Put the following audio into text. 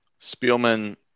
Spielman